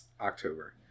October